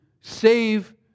save